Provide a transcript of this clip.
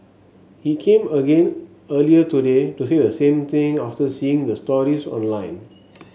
he came again earlier today to say the same thing after seeing the stories online